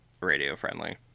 radio-friendly